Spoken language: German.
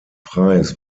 preis